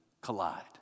collide